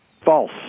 False